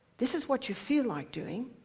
this is what you feel like doing,